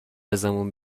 ازمون